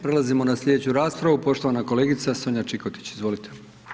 Prelazimo na slijedeću raspravu poštovana kolegica Sonja Čikotić, izvolite.